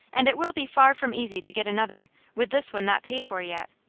and it will be far from easy to get another, with this one not paid for yet.